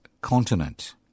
continent